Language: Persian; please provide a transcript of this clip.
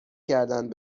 کردند